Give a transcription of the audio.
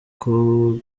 kagome